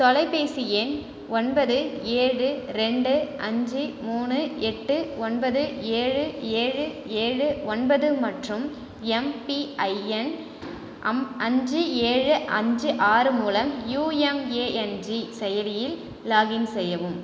தொலைபேசி எண் ஒன்பது ஏழு ரெண்டு அஞ்சு மூணு எட்டு ஒன்பது ஏழு ஏழு ஏழு ஒன்பது மற்றும் எம்பிஐஎன் அம் அஞ்சு ஏழு அஞ்சு ஆறு மூலம் யூஎம்ஏஎன்ஜி செயலியில் லாகின் செய்யவும்